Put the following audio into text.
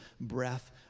breath